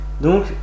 Donc